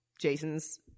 Jason's